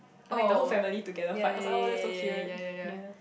I like the whole family together fight oh that's so cute yea